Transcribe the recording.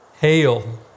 Hail